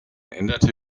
änderte